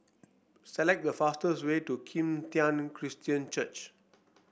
select the fastest way to Kim Tian Christian Church